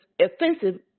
offensive